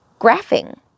graphing